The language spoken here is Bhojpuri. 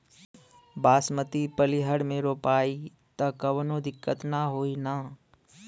बासमती पलिहर में रोपाई त कवनो दिक्कत ना होई न?